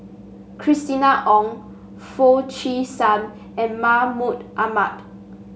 Christina Ong Foo Chee San and Mahmud Ahmad